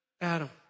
Adam